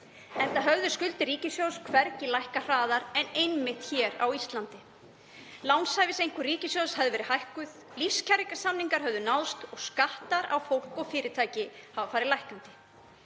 enda höfðu skuldir ríkissjóðs hvergi lækkað hraðar en einmitt hér á Íslandi. Lánshæfiseinkunn ríkissjóðs hafði verið hækkuð, lífskjarasamningar höfðu náðst og skattar á fólk og fyrirtæki höfðu farið lækkandi.